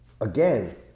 again